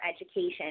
education